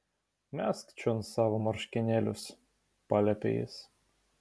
mesk čion savo marškinėlius paliepė jis